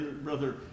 Brother